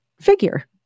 figure